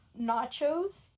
nachos